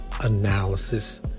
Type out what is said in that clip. analysis